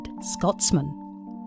Scotsman